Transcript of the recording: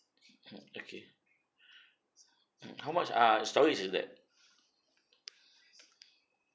mm okay mm how much ah storage is that